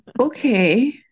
Okay